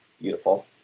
beautiful